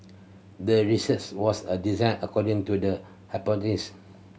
the research was a design according to the hypothesis